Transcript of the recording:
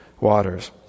waters